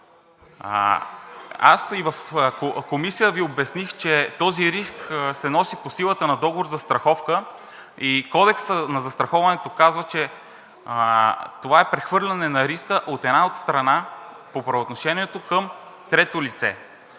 Аз и в Комисията Ви обясних, че този риск се носи по силата на договор „Застраховка“ и Кодекса на застраховането казва, че това е прехвърляне на риска от една от страните по правоотношението към трето лице,